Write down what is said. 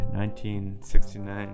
1969